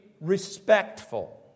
respectful